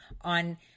on